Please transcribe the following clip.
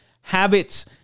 Habits